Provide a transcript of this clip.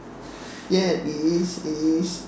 ya it is it is